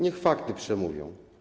Niech fakty przemówią.